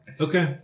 Okay